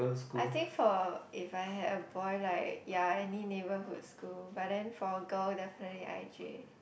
I think for if I had a boy right ya any neighborhood school but then for girl definitely i_j